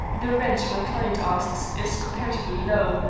the rent my client asks is comparatively low,